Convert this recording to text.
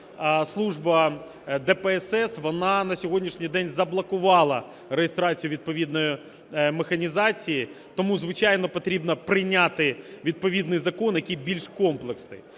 служба, ДПСС, вона на сьогоднішній день заблокувала реєстрацію відповідної механізації. Тому, звичайно, потрібно прийняти відповідний закон, який більш комплексний.